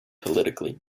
politically